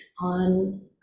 on